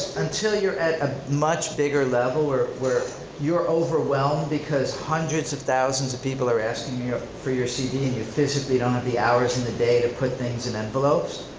until you're at a much bigger level, where where you're overwhelmed because hundreds of thousands of people are asking you for your cd and you physically don't have the hours in the day to put things in envelopes,